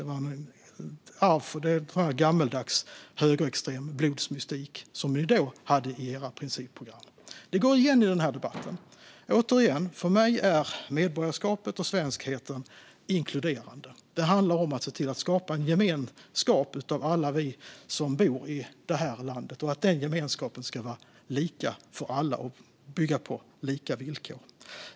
Samma gammaldags högerextrema blodsmystik som ni då hade i era principprogram går igen i den här debatten. Återigen: För mig är medborgarskapet och svenskheten inkluderande. Det handlar om att skapa en gemenskap mellan alla oss som bor i det här landet och att den gemenskapen ska vara lika för alla och bygga på lika villkor.